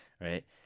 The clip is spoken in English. right